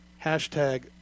hashtag